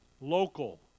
Local